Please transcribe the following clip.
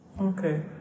Okay